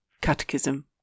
Catechism